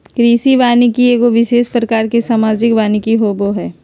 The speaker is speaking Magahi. कृषि वानिकी एगो विशेष प्रकार के सामाजिक वानिकी होबो हइ